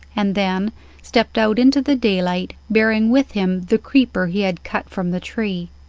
and then stepped out into the daylight, bearing with him the creeper he had cut from the tree.